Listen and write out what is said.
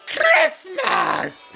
Christmas